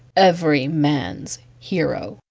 every man's hero.